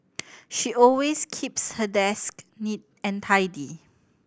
she always keeps her desk neat and tidy